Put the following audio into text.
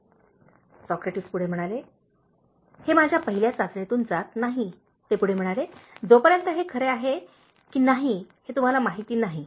" Socrates पुढे म्हणाले " हे माझ्या पहिल्या चाचणीतून जात नाही" ते पुढे हणाले "जोपर्यंत हे खरे आहे की नाही हे तुम्हाला माहित नाही